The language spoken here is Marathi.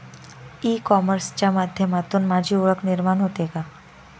ई कॉमर्सच्या माध्यमातून माझी ओळख निर्माण होते का?